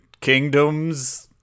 kingdoms